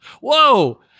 Whoa